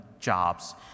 jobs